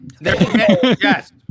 Yes